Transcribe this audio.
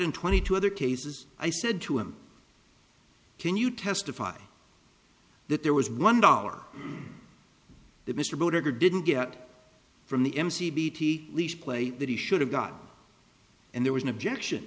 in twenty two other cases i said to him can you testify that there was one dollar that mr broder didn't get from the mc beatty least play that he should have got up and there was an objection